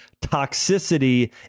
toxicity